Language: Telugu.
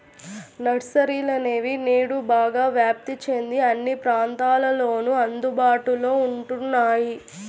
నర్సరీలనేవి నేడు బాగా వ్యాప్తి చెంది అన్ని ప్రాంతాలలోను అందుబాటులో ఉంటున్నాయి